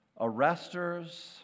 arresters